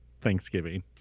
Thanksgiving